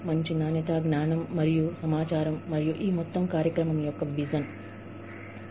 మరియు ఈ మొత్తం కార్యక్రమం యొక్క విజన్ అది